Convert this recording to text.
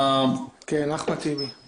חבר הכנסת טיבי, בבקשה.